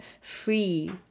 free